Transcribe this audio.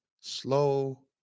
slow